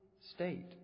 state